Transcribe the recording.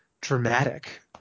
dramatic